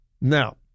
Now